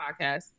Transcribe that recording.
podcast